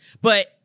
But-